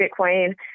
Bitcoin